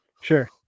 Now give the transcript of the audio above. Sure